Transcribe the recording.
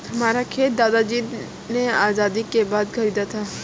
हमारा खेत दादाजी ने आजादी के बाद खरीदा था